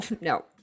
no